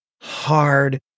hard